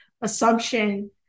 assumption